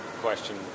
question